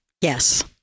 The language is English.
Yes